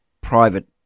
private